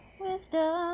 wisdom